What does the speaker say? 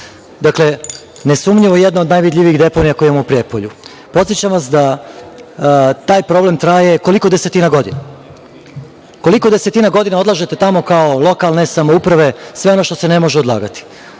dešava. Dakle, nesumnjivo jedna od najvidljivih deponija koju imamo u Prijepolju. Podsećam vas da taj problem traje, koliko desetina godina? Koliko desetina godina odlažete tamo kao lokalne samouprave sve ono što se ne može odlagati?